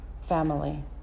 family